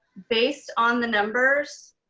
based on the numbers,